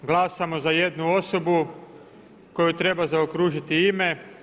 Glasamo za jednu osobu kojoj treba zaokružiti ime.